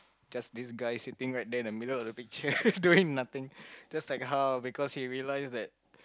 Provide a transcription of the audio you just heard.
just this guy sitting right there in the middle of this picture doing nothing just like how because he realized that